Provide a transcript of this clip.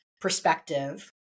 perspective